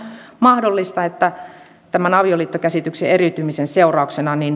mahdollista että tämän avioliittokäsityksen eriytymisen seurauksena